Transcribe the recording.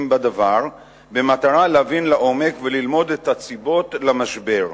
בדבר במטרה להבין לעומק וללמוד את הסיבות למשבר.